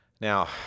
Now